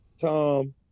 Tom